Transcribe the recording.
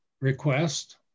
request